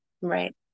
Right